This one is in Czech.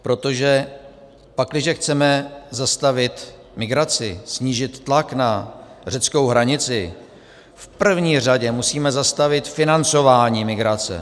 Protože pakliže chceme zastavit migraci, snížit tlak na řeckou hranici, v první řadě musíme zastavit financování migrace.